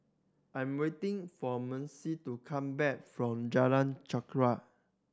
I'm waiting for Macy to come back from Jalan Chorak